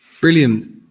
Brilliant